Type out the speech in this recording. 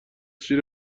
شیر